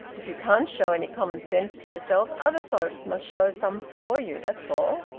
if you can't show any common sense for yourself, other folks must show some for you that's all.